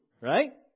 right